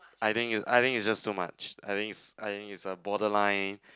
I think I think it's just too much I think I think it's a borderline